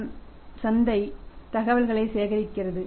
அதன் சந்தை தகவல்களை சேகரிக்கிறது